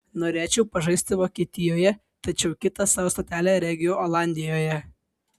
norėčiau pažaisti vokietijoje tačiau kitą savo stotelę regiu olandijoje